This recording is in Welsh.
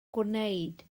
gwneud